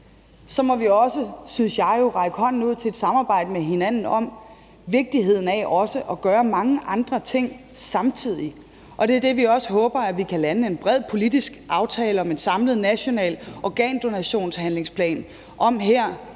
jeg jo, række hånden ud til et samarbejde med hinanden om vigtigheden af at gøre mange andre ting samtidig, og det er det, vi også håber at vi kan lande en bred politisk aftale om efterfølgende i forhold til en samlet national organdonationshandlingsplan. Som jeg